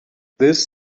this